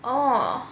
orh